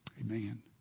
Amen